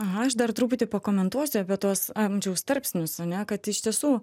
aha aš dar truputį pakomentuosiu apie tuos amžiaus tarpsnius ane kad iš tiesų